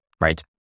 right